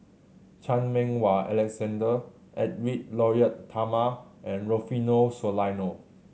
Chan Meng Wah Alexander Edwy Lyonet Talma and Rufino Soliano